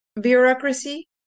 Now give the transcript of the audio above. bureaucracy